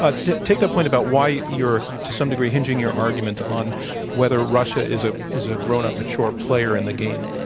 ah take that point about why you're, to some degree, hinging your argument on whether russia is ah is a grownup, mature player in the game.